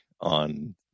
on